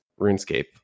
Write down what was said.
RuneScape